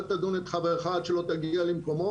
אל תדון את חברך עד שלא תגיע למקומו.